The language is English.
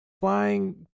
flying